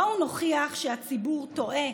בואו נוכיח שהציבור טועה,